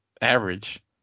average